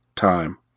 time